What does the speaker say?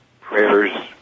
prayers